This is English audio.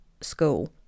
school